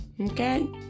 okay